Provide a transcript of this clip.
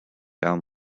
down